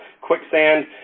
quicksand